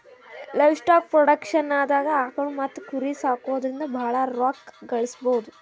livestock ಪ್ರೊಡಕ್ಷನ್ದಾಗ್ ಆಕುಳ್ ಮತ್ತ್ ಕುರಿ ಸಾಕೊದ್ರಿಂದ ಭಾಳ್ ರೋಕ್ಕಾ ಗಳಿಸ್ಬಹುದು